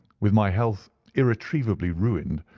with my health irretrievably ruined,